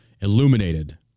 illuminated